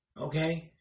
okay